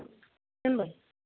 दोनबाय